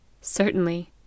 Certainly